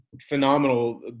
phenomenal